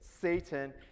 satan